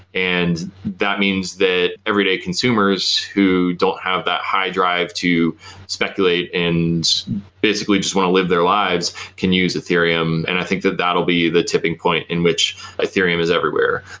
and that means that every day consumers who don't have that high drive to speculate and basically just want to live their lives can use ethereum and i think that that will be the tipping point in which ethereum everywhere.